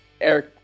Eric